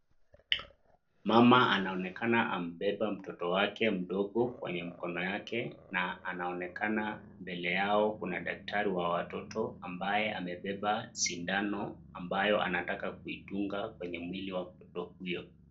Mama ameonekana amebeba mtoto wake mdogo kwenye mkono wake na anaonekana mbele Yao daktari ya watoto ambaye amebeba sindano ambayo anataka kuidunga kwenye mwili wa mtoto huyo.